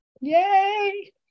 Yay